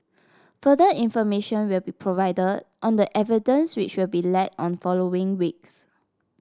further information will be provided on the evidence which will be led on following weeks